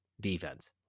Defense